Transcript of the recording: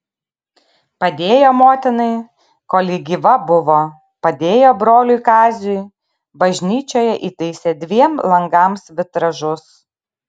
padėjo motinai kol ji gyva buvo padėjo broliui kaziui bažnyčioje įtaisė dviem langams vitražus